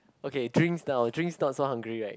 okay drinks now drinks not so hungry right